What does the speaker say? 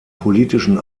politischen